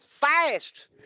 fast